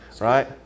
Right